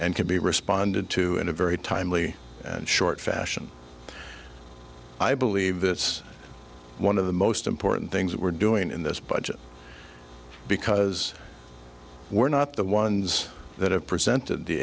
and can be responded to in a very timely and short fashion i believe that's one of the most important things that we're doing in this budget because we're not the ones that have presented the